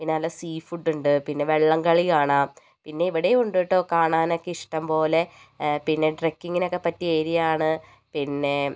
പിന്നെ നല്ല സീഫുഡ് ഉണ്ട് പിന്നെ വള്ളംകളി കാണാം പിന്നെ ഇവിടെയും ഉണ്ട് കെട്ടോ കാണാനൊക്കെ ഇഷ്ടം പോലെ പിന്നെ ട്രക്കിങ്ങിനൊക്കെ പറ്റിയ ഏരിയാണ് പിന്നെ